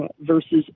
versus